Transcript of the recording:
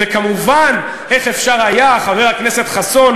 וכמובן, איך אפשר היה, חבר הכנסת חסון